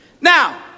now